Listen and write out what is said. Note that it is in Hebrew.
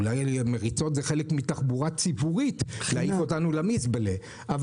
אולי המריצות זה חלק מתחבורה ציבורית להעיף אותנו למזבלה.